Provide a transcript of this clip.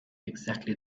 exactly